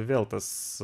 vėl tas